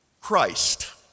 Christ